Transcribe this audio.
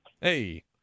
Hey